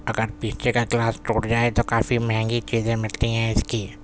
اگر پیچھے کا گلاس ٹوٹ جائے تو کافی مہنگی چیزیں ملتی ہیں اس کی